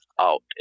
out